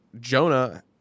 Jonah